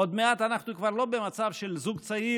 עוד מעט אנחנו כבר לא במצב של זוג צעיר